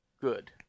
good